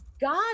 God